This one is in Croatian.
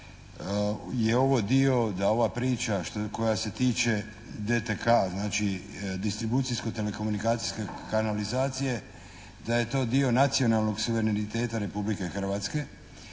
je ovo dio da ova priča koja se tiče DTK, znači distribucijsko-telekomunikacijske kanalizacije, da je to dio nacionalnog suvereniteta Republike Hrvatske